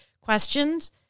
questions